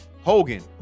hogan